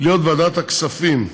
להיות מוועדת הכספים.